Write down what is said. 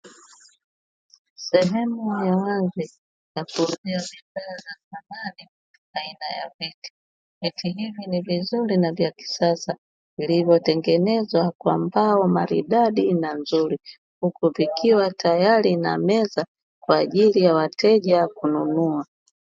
Sehemu ya wazi ya kuuzia bidhaa za samani aina ya viti, viti hivi ni vizuri na vya kisasa vilivyotengenezwa kwa mbao na kwa umaridadi na uzuri, huku vikiwa tayari na meza kwa ajili ya wateja kununua.